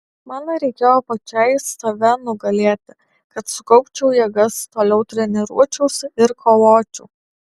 man reikėjo pačiai save nugalėti kad sukaupčiau jėgas toliau treniruočiausi ir kovočiau